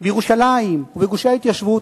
בירושלים ובגושי ההתיישבות,